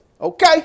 okay